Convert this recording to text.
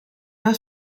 una